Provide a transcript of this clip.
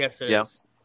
yes